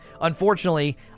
unfortunately